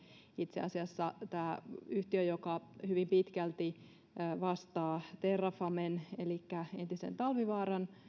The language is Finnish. itse asiassa tämä yhtiö joka hyvin pitkälti vastaa terrafamen elikkä entisen talvivaaran